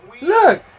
Look